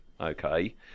okay